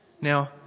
Now